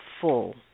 full